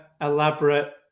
elaborate